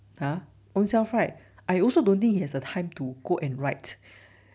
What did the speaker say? !huh! own self write I also don't think has the time to go and write